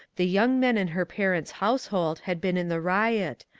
the young men in her par ents' household had been in the riot,